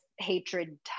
hatred